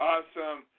Awesome